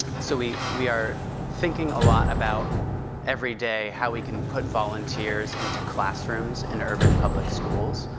so we we are thinking a lot about every day, how we can put volunteers into classrooms in urban public schools,